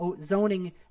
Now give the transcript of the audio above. zoning